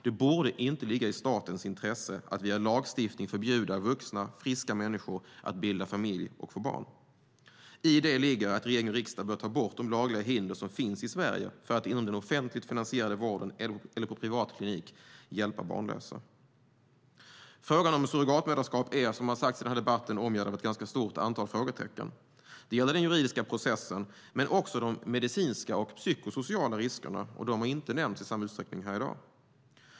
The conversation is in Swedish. Det borde inte ligga i statens intresse att via lagstiftning förbjuda vuxna, friska människor att bilda familj och få barn. I det ligger att regering och riksdag bör ta bort de lagliga hinder som finns i Sverige för att inom den offentligt finansierade vården eller på privat klinik hjälpa barnlösa. Frågan om surrogatmoderskap är, som har sagts i debatten, omgärdad av ett antal frågetecken. Det gäller den juridiska processen, men också de medicinska och psykosociala riskerna. De har inte nämnts i samma utsträckning här i dag.